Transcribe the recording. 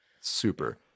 super